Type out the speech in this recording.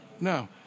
no